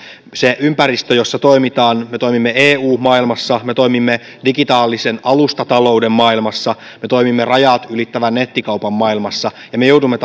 siinä ympäristössä jossa me toimimme me toimimme eu maailmassa me toimimme digitaalisen alustatalouden maailmassa me toimimme rajat ylittävän nettikaupan maailmassa me joudumme